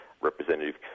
representative